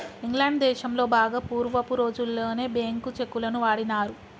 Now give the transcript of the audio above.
England దేశంలో బాగా పూర్వపు రోజుల్లోనే బ్యేంకు చెక్కులను వాడినారు